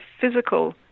physical